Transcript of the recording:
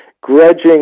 grudging